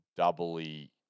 doubly